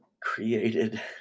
created